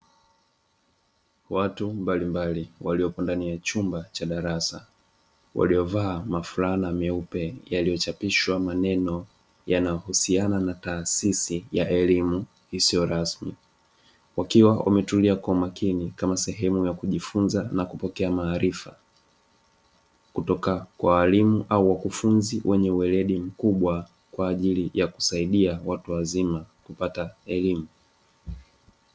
Watu mbalimbali waliopo ndani ya chumba cha darasa waliovaa maflana meupe yaliyochapishwa maneno yanayohusiana na taasisi ya elimu isiyo rasmi, wakiwa wametulia kwa makini kama sehemu ya kujifunza na kupokea maarifa kutoka kwa walimu au wakufunzi weledi mkubwa kwa ajili ya kusaidia watu wazima kupata elimu.